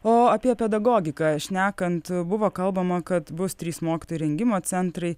o apie pedagogiką šnekant buvo kalbama kad bus trys mokytojų rengimo centrai